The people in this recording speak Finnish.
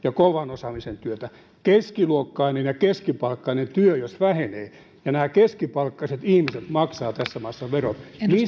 ja kovan osaamisen työtä jos keskiluokkainen ja keskipalkkainen työ vähenee nämä keskipalkkaiset ihmisethän maksavat tässä maassa verot niin mistä me